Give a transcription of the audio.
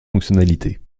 fonctionnalités